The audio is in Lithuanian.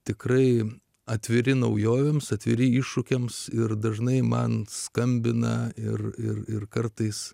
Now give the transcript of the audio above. tikrai atviri naujovėms atviri iššūkiams ir dažnai man skambina ir ir ir kartais